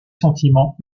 sentiments